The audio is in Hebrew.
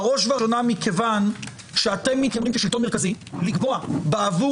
בראש ובראשונה מכיוון שאתם מתיימרים כשלטון מרכזי לקבוע בעבור